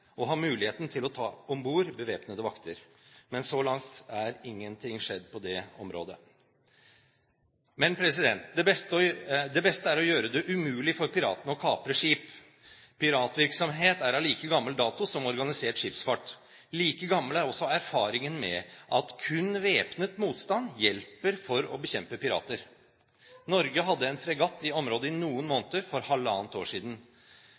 å ha muligheten til å ta om bord bevæpnede vakter. Men så langt er ingenting skjedd på det området. Men det beste er å gjøre det umulig for piratene å kapre skip. Piratvirksomhet er av like gammel dato som organisert skipsfart. Like gammel er også erfaringen med at kun væpnet motstand hjelper for å bekjempe pirater. Norge hadde en fregatt i området i noen måneder for halvannet år siden.